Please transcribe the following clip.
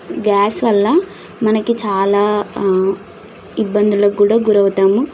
gas వల్ల మనకి చాలా ఇబ్బందులకు కూడా గురి అవుతాము